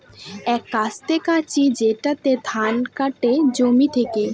এক কাস্তে কাঁচি যেটাতে ধান কাটে জমি থেকে